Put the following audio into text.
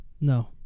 no